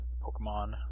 Pokemon